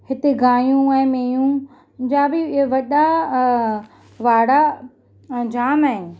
हिते गायूं ऐं मेंहूं जा बि इहे वॾा वाड़ा जामु आहिनि